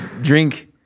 drink